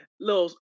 little